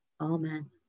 amen